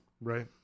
Right